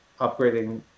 upgrading